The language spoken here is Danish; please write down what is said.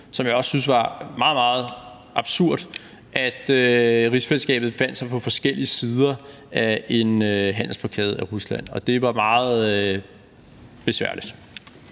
som jeg også synes var meget, meget absurd, altså at rigsfællesskabet befandt sig på forskellige sider af en handelsblokade af Rusland. Det var meget besværligt.